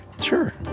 Sure